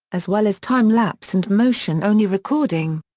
as well as time lapse and motion-only recording.